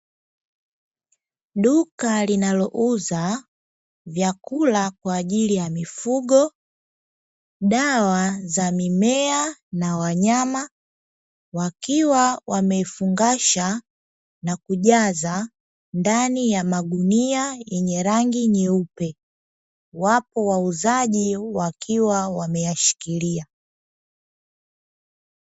Duka linalouza vyakula kwa ajili ya mifugo, dawa za mimea na wanyama, wakiwa wamefungasha na kujaza ndani ya magunia yenye rangi nyeupe. Wapo wauzaji wakiwa wameyashikilia.